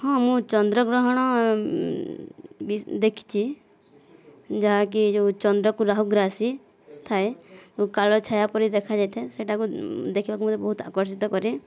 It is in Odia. ହଁ ମୁଁ ଚନ୍ଦ୍ରଗ୍ରହଣ ଦେଖିଛି ଯାହାକି ଯେଉଁ ଚନ୍ଦ୍ରକୁ ରାହୁ ଗ୍ରାଶିଥାଏ କାଳଛାୟା ପରି ଦେଖାଯାଇଥାଏ ସେଇଟାକୁ ଦେଖିବାକୁ ମୋତେ ବହୁତ ଆକର୍ଷିତ କରେ